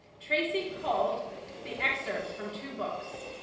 tracy called the experts from to burks,